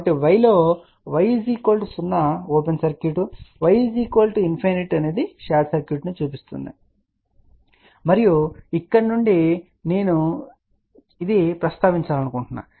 కాబట్టి y లో y 0 open circuit y ∞ short circuit ను సూచిస్తుంది మరియు ఇక్కడ నుండి కూడా నేను ప్రస్తావించాలనుకుంటున్నాను